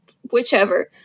whichever